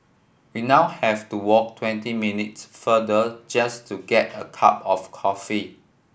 we now have to walk twenty minutes farther just to get a cup of coffee